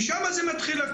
משם זה מתחיל.